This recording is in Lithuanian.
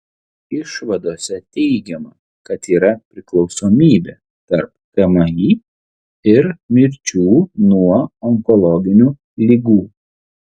išvadose teigiama kad yra priklausomybė tarp kmi ir mirčių nuo onkologinių ligų